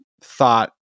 thought